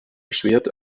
erschwert